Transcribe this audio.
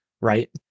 right